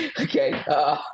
Okay